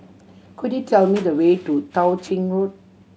could you tell me the way to Tao Ching Road